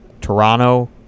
Toronto